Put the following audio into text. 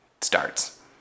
starts